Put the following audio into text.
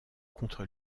contre